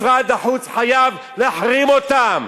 משרד החוץ חייב להחרים אותם,